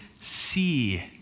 see